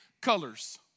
colors